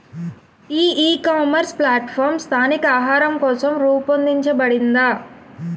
ఈ ecommerce platform స్థానిక ఆహారం కోసం రూపొందించబడిందా?